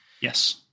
Yes